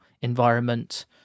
environment